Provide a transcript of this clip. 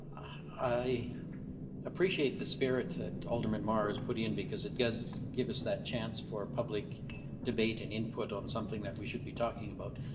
i appreciate the spirit that alderman mar has put in because it does give us that chance for a public debate and input on something that we should be talking about.